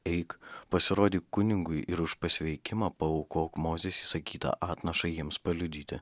eik pasirodyk kunigui ir už pasveikimą paaukok mozės įsakytą atnašą jiems paliudyti